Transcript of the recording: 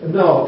no